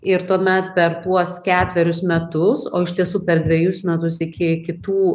ir tuomet per tuos ketverius metus o iš tiesų per dvejus metus iki kitų